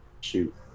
shoot